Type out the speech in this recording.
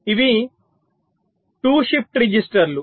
ఇవి 2 షిఫ్ట్ రిజిస్టర్లు